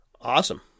Awesome